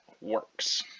works